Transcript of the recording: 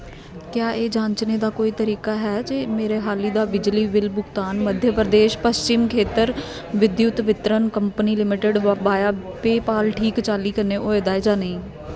क्या एह् जांचने दा कोई तरीका ऐ जे मेरा हाली दा बिजली बिल भुगतान मध्य प्रदेश पश्चिम खेतर विद्युत वितरण कंपनी लिमिटेड वाया पेपाल ठीक चाल्ली कन्नै होए दा जां नेईं